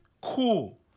cool